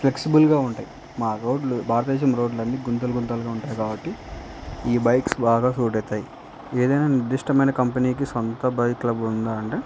ఫ్లెక్సిబుల్గా ఉంటాయి మా రోడ్లు భారతదేశం రోడ్లన్నీ గుంతలు గుంతలుగా ఉంటాయి కాబట్టి ఈ బైక్స్ బాగా సూట్ అవుతాయి ఏదైనా నిర్దిష్టమైన కంపెనీకి సొంత బైక్లు ఉందా అంటే